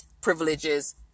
privileges